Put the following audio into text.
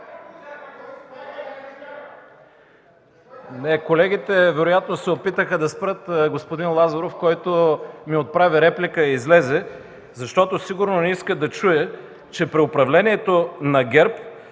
Колегите вероятно се опитаха да спрат господин Лазаров, който ми отправи реплика и излезе, защото сигурно не иска да чуе, че при управлението на ГЕРБ